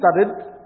started